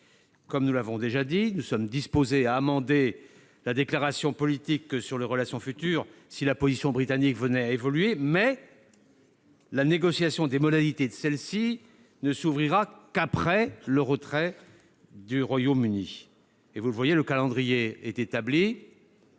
Comme nous l'avons déjà indiqué, nous sommes disposés à amender la déclaration politique sur les relations futures si la position britannique venait à évoluer. Mais la négociation des modalités de celles-ci ne s'ouvrira qu'après le retrait du Royaume-Uni. Vous le voyez, le calendrier est établi.